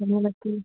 तुम्ही नक्की